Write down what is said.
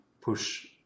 push